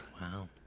Wow